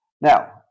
Now